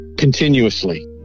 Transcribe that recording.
Continuously